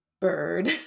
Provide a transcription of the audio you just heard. bird